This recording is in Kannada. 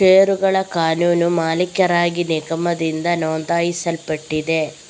ಷೇರುಗಳ ಕಾನೂನು ಮಾಲೀಕರಾಗಿ ನಿಗಮದಿಂದ ನೋಂದಾಯಿಸಲ್ಪಟ್ಟಿದೆ